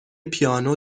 پیانو